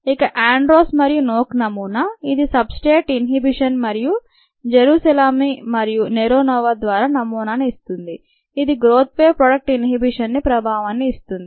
ఇక ఆండ్రూస్ మరియు నోక్ నమూనా ఇది సబ్స్ట్రేట్ ఇన్హిబిషన్ మరియు జెరుసాలిమ్స్కీ మరియు నెరోనోవా ద్వారా నమూనా ను ఇస్తుంది ఇది గ్రోత్పై ప్రోడక్ట్ ఇన్హిబిషన్ ప్రభావాన్ని ఇస్తుంది